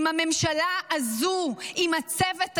עם הממשלה הזו, עם הצוות הזה,